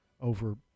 over